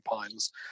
Pines